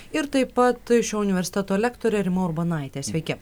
ir taip pat šio universiteto lektorė rima urbonaitė sveiki